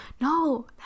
no